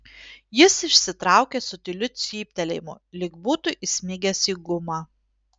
jis išsitraukė su tyliu cyptelėjimu lyg būtų įsmigęs į gumą